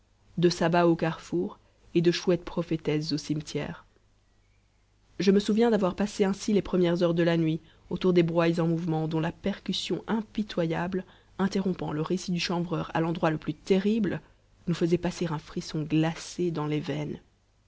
de sabbat au carrefour et de chouettes prophétesses au cimetière je me souviens d'avoir passé ainsi les premières heures de la nuit autour des broyes en mouvement dont la percussion impitoyable interrompant le récit du chanvreur à l'endroit le plus terrible nous faisait passer un frisson glacé dans les veines